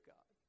God